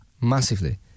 massively